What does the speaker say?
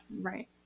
Right